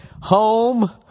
Home